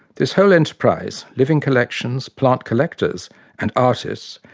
this whole enterprise living collections, plant-collectors and artists,